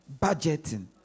budgeting